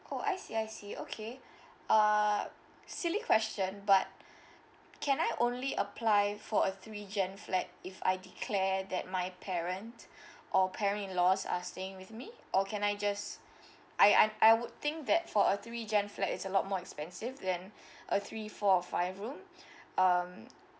oh I see I see okay uh silly question but can I only apply for a three gen flat if I declare that my parent or parent in laws are staying with me or can I just I~ I would think that for a three gen flat is a lot more expensive than a three four or five room um